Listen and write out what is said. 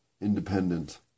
independent